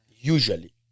usually